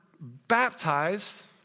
baptized